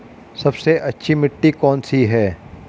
सबसे अच्छी मिट्टी कौन सी है?